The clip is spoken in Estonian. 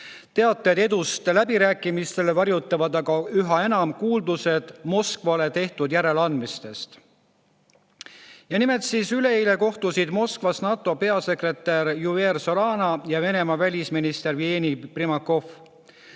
Teateid edust läbirääkimistel varjutavad aga üha enam kuuldused Moskvale tehtud järeleandmistest." Ja nimelt: "Üleeile kohtusid Moskvas NATO peasekretär Javier Solana ja Venemaa välisminister Jevgeni Primakov.